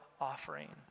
offering